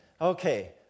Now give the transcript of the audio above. Okay